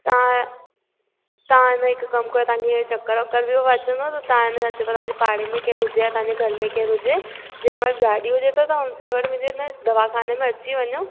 तव्हां तव्हां न हिकु कम कयो तव्हांखे ईअं चक्कर वक्कर बि अचंदो त था हिन सां तव्हांजे हिन पाड़े में केरु हुजे आ तव्हांजे घर में केर हुजे जंहिं वटि गाॾी हुजे त तव्हां उन सां गॾु अची वेंदा दवा खाने में अची वञो